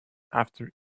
after